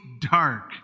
dark